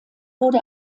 wurde